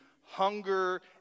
hunger